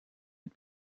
and